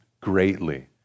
greatly